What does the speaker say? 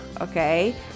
okay